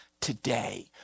today